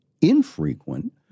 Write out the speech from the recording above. infrequent